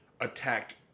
attacked